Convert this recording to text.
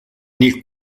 nel